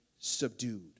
subdued